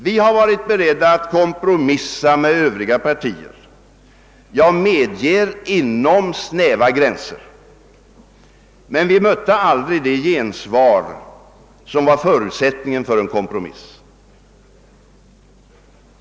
Vi har varit beredda att kompromissa med övriga partier — jag medger inom snäva gränser — men vi mötte aldrig det gensvar som var förutsättningen för en kompromiss.